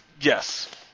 yes